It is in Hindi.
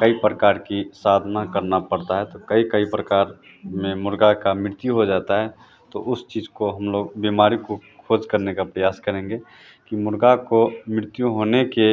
कई प्रकार की साधना करना पड़ता है तो कई कई प्रकार में मुर्गा का मृत्यु हो जाता है तो उस चीज़ को हम लोग बीमारी को खोज करने का प्रयास करेंगे कि मुर्गा को मृत्यु होने के